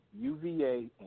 UVA